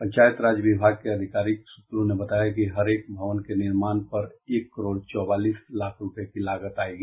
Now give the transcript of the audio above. पंचायती राज विभाग के आधिकारिक सूत्रों ने बताया कि हर एक भवन के निर्माण पर एक करोड़ चौबालीस लाख रूपये की लागत आयेगी